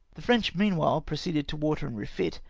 the french meanwhile proceeded to water and refit,